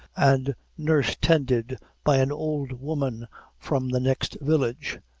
and nurse-tended by an old woman from the next village,